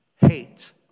Hate